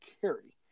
carry